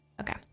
Okay